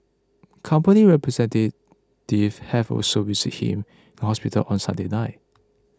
company representatives had also visited him in hospital on Sunday night